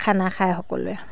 খানা খায় সকলোৱে